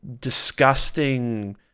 disgusting